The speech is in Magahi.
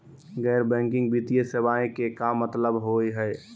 गैर बैंकिंग वित्तीय सेवाएं के का मतलब होई हे?